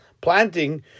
planting